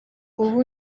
ubu